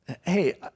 hey